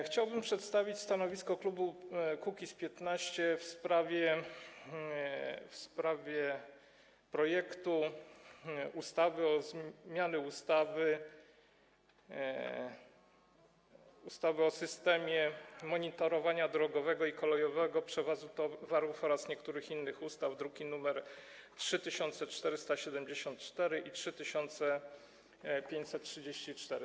Chciałbym przedstawić stanowisko klubu Kukiz’15 w sprawie projektu ustawy o zmiany ustawy o systemie monitorowania drogowego i kolejowego przewozu towarów oraz niektórych innych ustaw, druki nr 3474 i 3534.